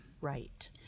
Right